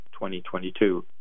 2022